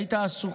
היית עסוק.